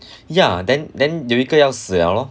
ya then then 有一个要死 liao lor